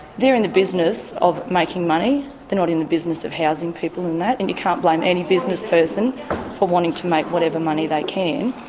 they're in the business of making money they're not in the business of housing people and that, and you can't blame any businessperson for wanting to make whatever money they can.